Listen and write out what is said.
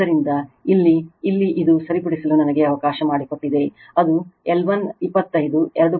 ಆದ್ದರಿಂದ ಇಲ್ಲಿ ಇಲ್ಲಿ ಇದು ಸರಿಪಡಿಸಲು ನನಗೆ ಅವಕಾಶ ಮಾಡಿಕೊಟ್ಟಿದೆ ಅದು L1 25 2